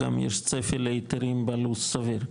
גם יש צפי להיתרים בלו"ז סביר?